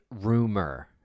rumor